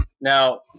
Now